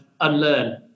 unlearn